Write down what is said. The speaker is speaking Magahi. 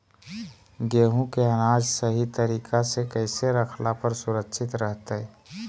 गेहूं के अनाज सही तरीका से कैसे रखला पर सुरक्षित रहतय?